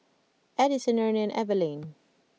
Edison Ernie and Evelyne